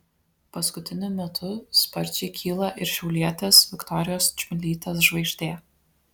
paskutiniu metu sparčiai kyla ir šiaulietės viktorijos čmilytės žvaigždė